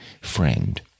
friend